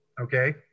Okay